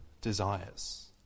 desires